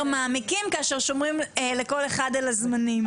מעמיקים כאשר שומרים לכל אחד את הזמנים.